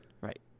Right